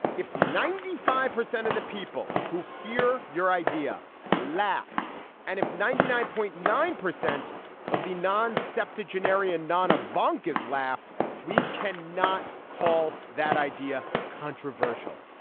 if ninety five percent of the people who hear your idea laugh and if ninety nine point nine percent of the non septuagenarian non a vung guys laugh we can not call that idea controversial.